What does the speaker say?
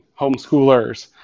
homeschoolers